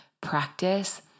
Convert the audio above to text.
practice